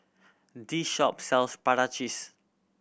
this shop sells prata cheese